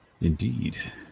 Indeed